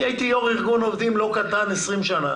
כי הייתי יו"ר ארגון עובדים לא קטן במשך 20 שנה